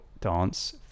dance